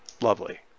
lovely